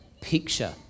picture